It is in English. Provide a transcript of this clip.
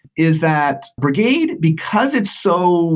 is that brigade, because it's so